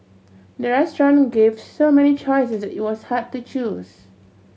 the restaurant gave so many choices it was hard to choose